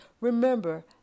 remember